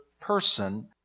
person